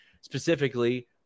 Specifically